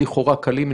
לכאורה קלים,